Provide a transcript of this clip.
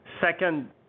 Second